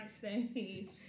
say